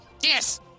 Yes